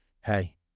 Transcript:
hey